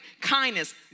kindness